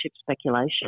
speculation